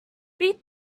beat